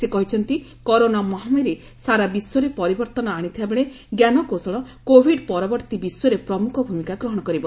ସେ କହିଛନ୍ତି କରୋନା ମହାମାରୀ ସାରା ବିଶ୍ୱରେ ପରିବର୍ତ୍ତନ ଆଶିଥିବାବେଳେ ଜ୍ଞାନକୌଶଳ କୋଭିଡ ପରବର୍ତ୍ତୀ ବିଶ୍ୱରେ ପ୍ରମୁଖ ଭୂମିକା ଗ୍ରହଣ କରିବ